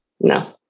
No